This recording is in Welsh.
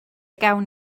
gawn